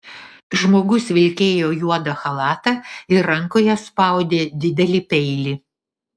žmogus vilkėjo juodą chalatą ir rankoje spaudė didelį peilį